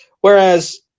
Whereas